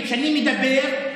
וכשאני מדבר,